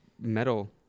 metal